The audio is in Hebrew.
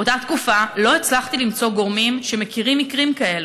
באותה תקופה לא הצלחתי למצוא גורמים שמכירים מקרים כאלו.